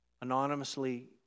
anonymously